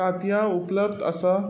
तांतयां उपलब्ध आसा